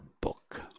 book